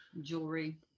Jewelry